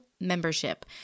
membership